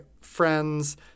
friends